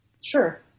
Sure